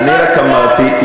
אני רק אמרתי,